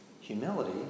Humility